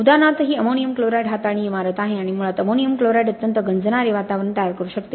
उदाहरणार्थ ही ammonium chloride हाताळणी इमारत आहे आणि मुळात अमोनियम क्लोराईड अत्यंत गंजणारे वातावरण तयार करू शकते